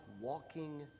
walking